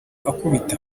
ankubita